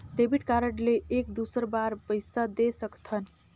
Debit card ले एक दुसर बार पइसा दे सकथन?